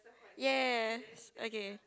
yes okay